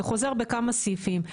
זה חוזר בכמה סעיפים,